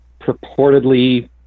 purportedly